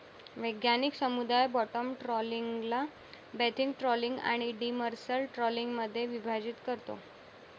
वैज्ञानिक समुदाय बॉटम ट्रॉलिंगला बेंथिक ट्रॉलिंग आणि डिमर्सल ट्रॉलिंगमध्ये विभाजित करतो